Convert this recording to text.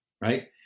right